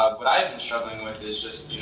what i've been struggling with is just,